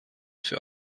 für